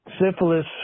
syphilis